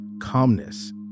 calmness